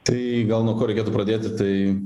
tai gal nuo ko reikėtų pradėti tai